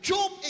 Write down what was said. Job